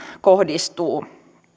kohdistuu